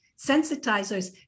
sensitizers